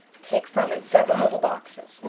take from it several little boxes,